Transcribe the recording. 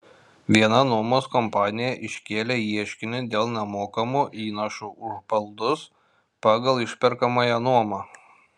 viena nuomos kompanija iškėlė ieškinį dėl nemokamų įnašų už baldus pagal išperkamąją nuomą